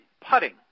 putting